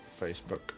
Facebook